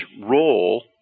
role